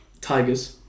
tigers